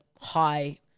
high